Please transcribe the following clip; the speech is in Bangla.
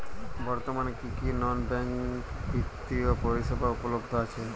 বর্তমানে কী কী নন ব্যাঙ্ক বিত্তীয় পরিষেবা উপলব্ধ আছে?